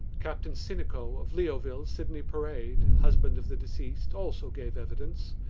captain sinico, of leoville, sydney parade, husband of the deceased, also gave evidence.